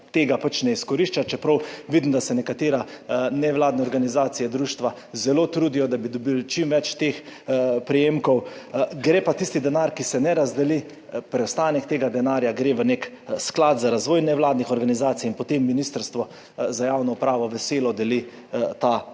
tega pač ne izkorišča, čeprav vidim da se nekatera nevladne organizacije društva zelo trudijo, da bi dobili čim več teh prejemkov. Gre pa tisti denar, ki se ne razdeli preostanek tega denarja gre v nek sklad za razvoj nevladnih organizacij in potem Ministrstvo za javno upravo veselo deli ta 20.